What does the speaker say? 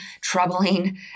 troubling